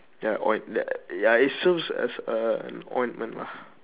ya oil ya ya it serves as a an ointment lah